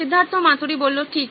সিদ্ধার্থ মাতুরি ঠিক